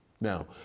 Now